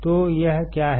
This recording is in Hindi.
तो यह क्या है